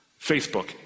Facebook